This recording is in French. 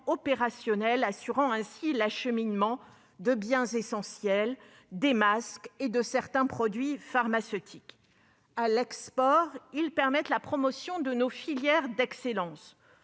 opérationnels, assurant ainsi l'acheminement de biens essentiels, de masques et de certains produits pharmaceutiques. À l'export, ils permettent la promotion de nos filières d'excellence.